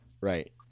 right